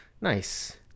Nice